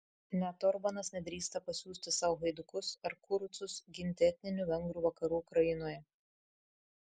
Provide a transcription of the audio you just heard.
net orbanas nedrįsta pasiųsti savo haidukus ar kurucus ginti etninių vengrų vakarų ukrainoje